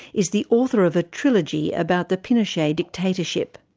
is the author of a trilogy about the pinochet dictatorship.